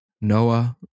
Noah